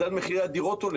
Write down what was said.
מדד מחירי הדירות עולה.